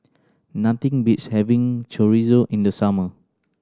nothing beats having Chorizo in the summer